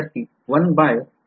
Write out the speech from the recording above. विध्यार्थी १ 1 by